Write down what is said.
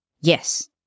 Yes